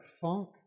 funk